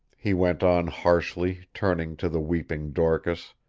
he went on harshly, turning to the weeping dorcas,